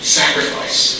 sacrifice